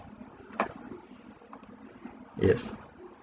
yes